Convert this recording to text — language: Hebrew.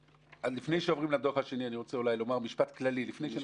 לפני שעוברים לדוח השני ונכנסים לפרטים אני רוצה לומר משפט כללי.